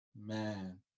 Man